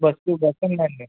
bus bus ఉందండి